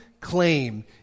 claim